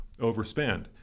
overspend